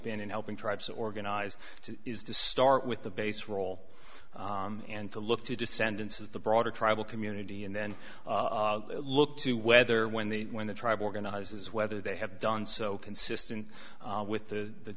been in helping tribes organize to is to start with the base role and to look to descendants of the broader tribal community and then look to whether when they when the tribe organizes whether they have done so consistent with the